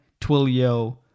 Twilio